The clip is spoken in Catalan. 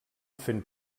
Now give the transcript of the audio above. fent